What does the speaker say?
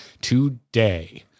today